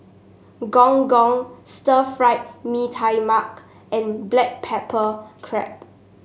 Gong Gong Stir Fry Mee Tai Mak and Black Pepper Crab